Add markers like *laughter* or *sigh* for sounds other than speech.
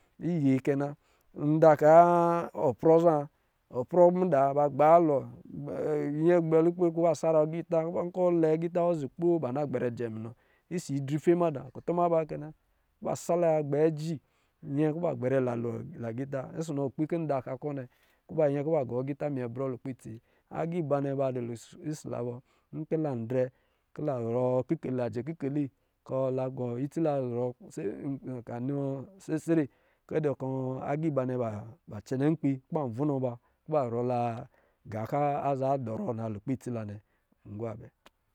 Iyee kɛ na, nda ɔka ɔ prɔ zɔ oprɔ mada ba gbalɔ *hesitation* ta gbɛ lukpɛ kɔ̄ ba saro agita nkɛ lɛ agita zi kpo kɔ̄ ba na gbɛn js munɔ ɔsɔ̄ idrife maɗa kutu ba kɛna ba sala gbɛ aji yɛkɔ ba gbɛrɛ la lo na gita ɔsɔ̄ nɔ ka kɔ̌ da ka kɔ̄ nnɛ kɔ̄ ba yɛ kɔ̄ ba gɔ agita mimyc brɔ lukpɛ itsi a nnɛ ba dɔ̄ ɔsɔ̄ la bɔ nkɔ̄ drɛ bɔ̄ kɔ̄ la zɔrɔ kikeli, la jɛ kika kɔ̄ la gɔ itsi la zɔrɔ se *hesitation* ka nɔ sesere kɛdɛ kɔ̄ agiba naɛ ba, ba cɛnɛ nkpi kɔ̄ ba vɔnɔ ba kɔ̄ ba zɔrɔ la, gā kɔ̄ aza dɔrɔ na lukpɛ itsi la nnɛ. Ngwabɛ: